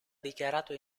dichiarato